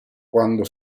quando